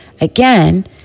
Again